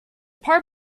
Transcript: part